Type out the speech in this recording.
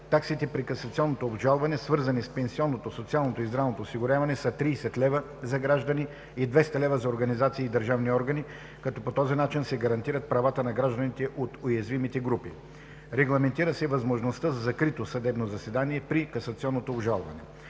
таксите при касационното обжалване, свързани с пенсионното, социалното и здравното осигуряване, са 30 лв. за граждани и 200 лв. за организации и държавни органи, като по този начин се гарантират правата на гражданите от уязвимите групи. Регламентира се възможността за закрито съдебно заседание при касационното обжалване.